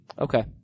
Okay